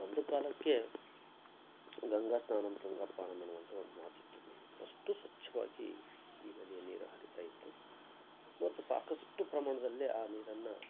ಒಂದು ಕಾಲಕ್ಕೆ ಗಂಗಾ ಸ್ನಾನಂ ತುಂಗಾ ಪಾನಂ ಅನ್ನುವಂಥ ಒಂದು ಮಾತಿತ್ತು ಅಷ್ಟು ಸ್ವಚ್ಛವಾಗಿ ಈ ನದಿಯ ನೀರು ಹರೀತಾ ಇತ್ತು ಮತ್ತು ಸಾಕಷ್ಟು ಪ್ರಮಾಣದಲ್ಲಿ ಆ ನೀರನ್ನು